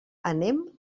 anem